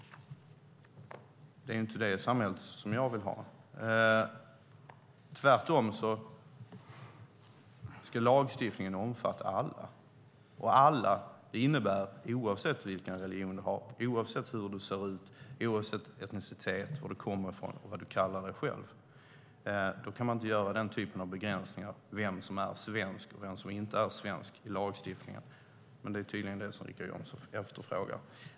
Det är inte det samhället jag vill ha. Tvärtom ska lagstiftningen omfatta alla oavsett vilken religion du har, oavsett hur du ser ut, oavsett etnicitet, oavsett varifrån du kommer och oavsett vad du själv kallar dig. Då kan man inte göra den typen av begränsningar i lagstiftningen, det vill säga vem som är svensk och vem som inte är svensk. Men det är tydligen det som Richard Jomshof efterfrågar.